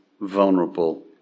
vulnerable